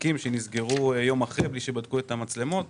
תיקים שנסגרו יום אחרי בלי שבדקו את המצלמות.